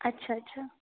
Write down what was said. अच्छा अच्छा